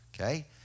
okay